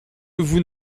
vous